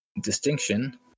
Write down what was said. distinction